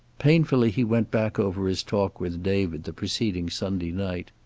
painfully he went back over his talk with david the preceding sunday night.